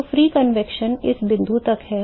तो मुक्त संवहन इस बिंदु तक है